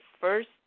first